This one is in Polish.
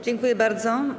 Dziękuję bardzo.